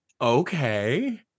Okay